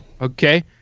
Okay